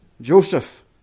Joseph